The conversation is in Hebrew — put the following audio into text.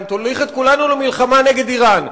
אם תוליך את כולנו למלחמה נגד אירן.